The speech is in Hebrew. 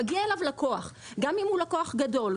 מגיע אליו לקוח גם אם הוא לקוח גדול,